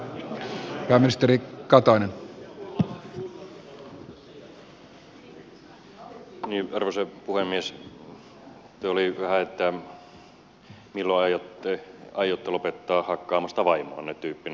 tuo oli vähän niin kuin milloin aiotte lopettaa vaimonne hakkaamisen